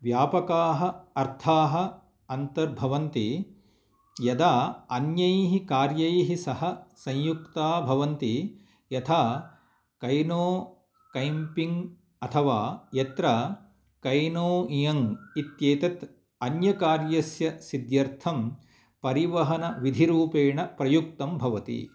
व्यापकाः अर्थाः अन्तर्भवन्ति यदा अन्यैः कार्यैः सह संयुक्ता भवन्ति यथा कैनो कैम्पिङ्ग् अथवा यत्र कैनो इङ्ग् इत्येतत् अन्यकार्यस्य सिद्ध्यर्थं परिवहनविधिरूपेण प्रयुक्तं भवति